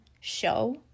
show